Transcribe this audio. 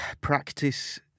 practice